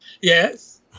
Yes